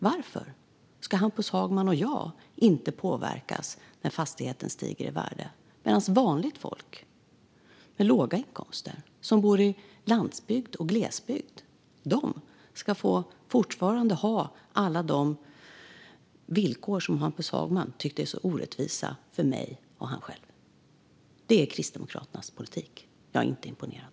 Varför ska Hampus Hagman och jag inte påverkas när fastigheten stiger i värde medan vanligt folk med låga inkomster som bor på landsbygd och i glesbygd fortfarande ska ha alla de villkor som Hampus Hagman tycker är så orättvisa för mig och honom själv? Det är Kristdemokraternas politik. Jag är inte imponerad.